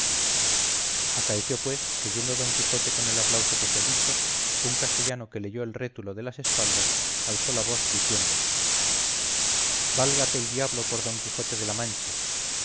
acaeció pues que yendo don quijote con el aplauso que se ha dicho un castellano que leyó el rétulo de las espaldas alzó la voz diciendo válgate el diablo por don quijote de la mancha